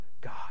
God